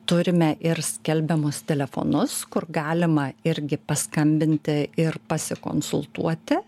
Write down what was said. turime ir skelbiamus telefonus kur galima irgi paskambinti ir pasikonsultuoti